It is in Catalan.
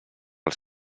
els